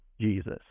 Jesus